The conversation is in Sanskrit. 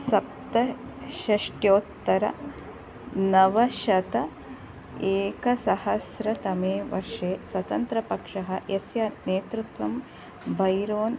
सप्तषष्ट्युत्तरनवशत एकसहस्रतमे वर्षे स्वतन्त्रपक्षः यस्य नेतृत्वं बैरोन्